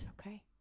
okay